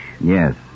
Yes